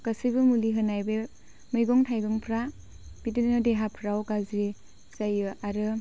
गासैबो मुलि होनाय बे मैगं थाइगंफ्रा बिदिनो देहाफोराव गाज्रि जायो आरो